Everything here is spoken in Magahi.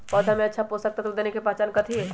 पौधा में अच्छा पोषक तत्व देवे के पहचान कथी हई?